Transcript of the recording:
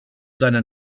seinen